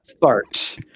fart